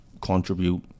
contribute